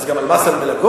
אז גם מס על מלגות?